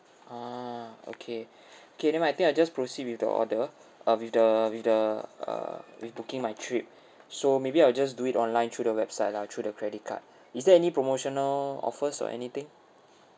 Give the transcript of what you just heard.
ah okay okay then I think I just proceed with the order err with the with the uh with booking my trip so maybe I'll just do it online through the website lah through the credit card is there any promotional offers or anything